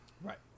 Right